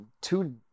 two